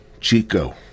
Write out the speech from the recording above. chico